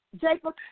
Jacob